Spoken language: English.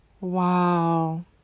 Wow